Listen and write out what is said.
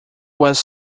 was